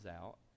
out